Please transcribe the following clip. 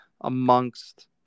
amongst